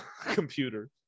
computer